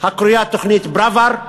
הקרויה "תוכנית פראוור",